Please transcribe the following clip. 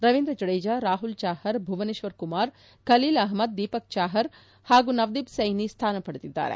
ರವೀಂದ್ರ ಜಡೇಜಾ ರಾಹುಲ್ ಚಾಹರ್ ಭುವನೇಶ್ವರ್ ಕುಮಾರ್ ಖಲೀಲ್ ಅಹ್ಲದ್ ದೀಪಕ್ ಚಾಹರ್ ಹಾಗೂ ನವದೀಪ್ ಸೈನಿ ಸ್ಥಾನ ಪಡೆದಿದ್ದಾರೆ